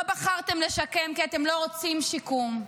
לא בחרתם לשקם, כי אתם לא רוצים שיקום.